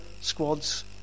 squads